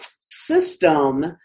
system